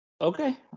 Okay